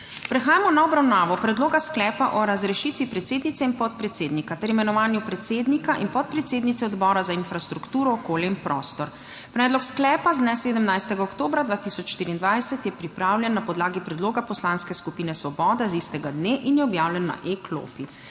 Prehajamo na obravnavo Predloga sklepa o razrešitvi predsednice in podpredsednika ter imenovanju predsednika in podpredsednice Odbora za infrastrukturo, okolje in prostor. Predlog sklepa z dne 17. oktobra 2024 je pripravljen na podlagi predloga Poslanske skupine Svoboda z istega dne in je objavljen na e-klopi.